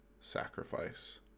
sacrifice